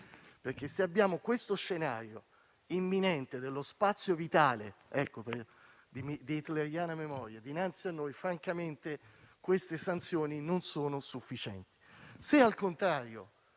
Se abbiamo questo scenario imminente dello spazio vitale di hitleriana memoria dinanzi a noi, francamente queste sanzioni non sono sufficienti.